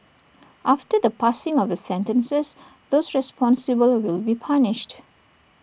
after the passing of the sentences those responsible will be punished